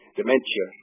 dementia